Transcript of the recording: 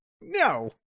no